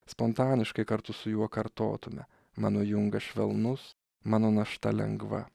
spontaniškai kartu su juo kartotume mano jungas švelnus mano našta lengva